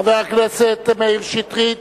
חבר הכנסת מאיר שטרית,